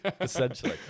Essentially